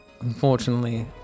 Unfortunately